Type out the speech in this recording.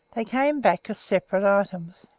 they came back as separate items.